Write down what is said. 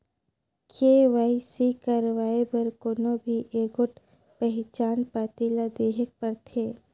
KYC करवाए बर कोनो भी एगोट पहिचान पाती ल देहेक परथे